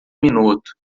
minuto